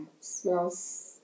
Smells